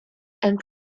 and